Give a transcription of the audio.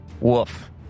Woof